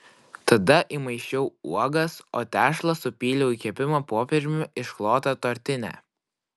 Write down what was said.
tada įmaišiau uogas o tešlą supyliau į kepimo popieriumi išklotą tortinę